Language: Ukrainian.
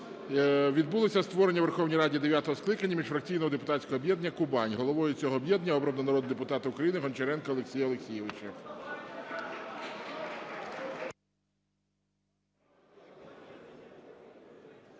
відбулося створення у Верховній Раді дев'ятого скликання міжфракційного депутатського об'єднання "Кубань". Головою цього об'єднання обрано народного депутата України Гончаренка Олексія Олексійовича.